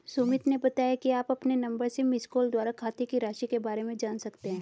सुमित ने बताया कि आप अपने नंबर से मिसकॉल द्वारा खाते की राशि के बारे में जान सकते हैं